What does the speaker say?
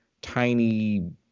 tiny